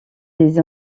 des